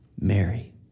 Mary